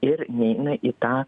ir neina į tą